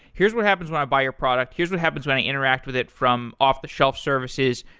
here's what happens when i buy your product. here's what happens when i interact with it from off the shelf services.